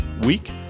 week